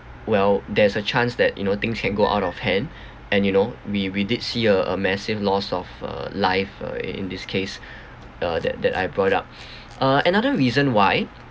well there's a chance that you know things can go out of hand and you know we we did see a a massive loss of uh life uh in in this case uh that that I brought it up uh another reason why